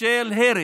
של הרג,